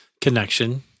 connection